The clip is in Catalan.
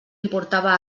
importava